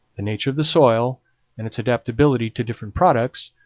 the nature of the soil and its adaptability to different products,